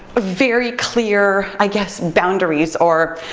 very clear, i guess boundaries or,